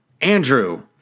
Andrew